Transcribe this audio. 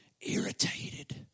irritated